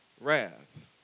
wrath